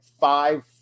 five